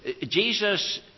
Jesus